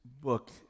book